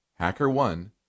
HackerOne